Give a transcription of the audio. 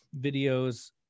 videos